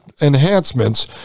enhancements